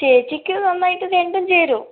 ചേച്ചിക്ക് നന്നായിട്ട് രണ്ടും ചേരും